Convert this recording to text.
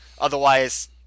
Otherwise